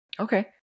Okay